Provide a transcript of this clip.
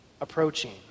approaching